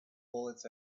bullets